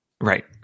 Right